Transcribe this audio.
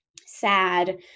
sad